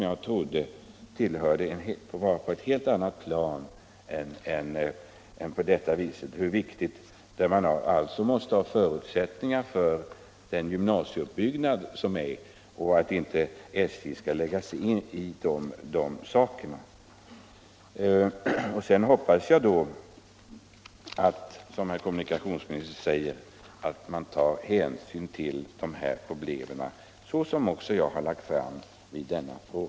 Den trodde jag låg på ett helt annat plan, där man måste ha förutsättningar att genomföra den gymnasieuppbyggnad som pågår. Det är något som SJ alltså inte skall lägga sig i. Jag tar också fasta på vad kommunikationsministern sade och hoppas att man skall ta hänsyn till dessa problem på sätt som jag angivit i debatten i denna fråga.